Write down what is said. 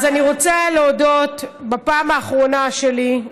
אז אני רוצה להודות בפעם האחרונה שלי,